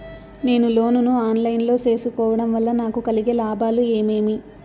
నేను లోను ను online లో సేసుకోవడం వల్ల నాకు కలిగే లాభాలు ఏమేమీ?